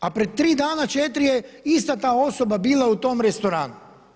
A pred tri dana, četiri je ista ta osoba bila u tom restoranu.